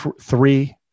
three